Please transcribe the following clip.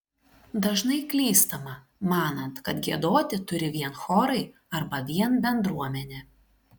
dažnai klystama manant kad giedoti turi vien chorai arba vien bendruomenė